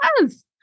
Yes